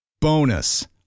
Bonus